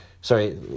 sorry